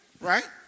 right